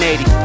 80